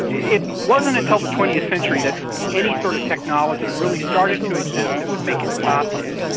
it wasn't until the twentieth century that any sort of technology really started to exist that would make it possible,